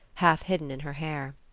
half-hidden in her hair.